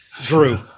drew